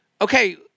okay